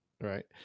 right